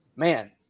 man